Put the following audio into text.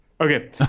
Okay